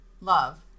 love